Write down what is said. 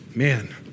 man